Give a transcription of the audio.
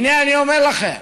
הינה, אני אומר לכם: